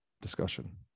discussion